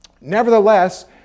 Nevertheless